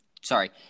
sorry